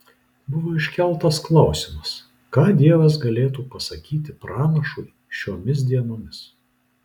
buvo iškeltas klausimas ką dievas galėtų pasakyti pranašui šiomis dienomis